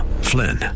Flynn